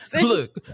Look